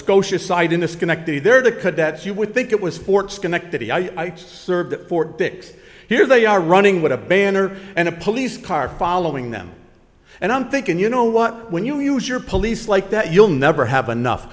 scotia side into schenectady they're the cadets you would think it was fort schenectady i served at fort dix here they are running with a banner and a police car following them and i'm thinking you know what when you use your police like that you'll never have enough